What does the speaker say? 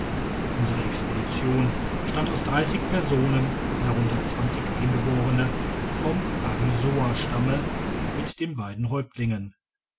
unsere expedition bestand aus dreißig personen darunter zwanzig eingeborene vom arisoastamme mit ihren beiden häuptlingen